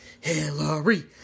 Hillary